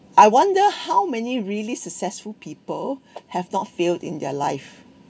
I wonder how many really successful people have not failed in their life